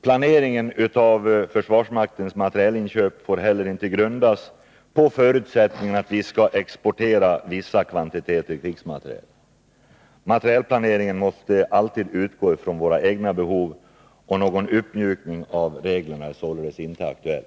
Planeringen av försvarsmaktens materielinköp får inte heller grundas på förutsättningen att vi skall exportera vissa kvantiteter krigsmateriel. Materielplaneringen måste alltid utgå från våra egna behov. Någon uppmjukning av reglerna är således inte aktuell.